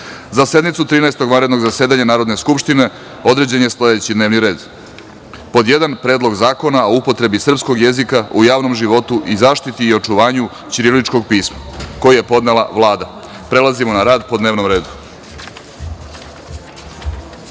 sednicu Trinaestog vanrednog zasedanja Narodne skupštine određen je sledećiD n e v n i r e d:Predlog zakona o upotrebi srpskog jezika u javnom životu i zaštiti i očuvanju ćiriličkog pisma, koji je podnela Vlada. Prelazimo na rad po dnevnom